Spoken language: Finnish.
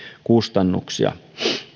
kustannuksia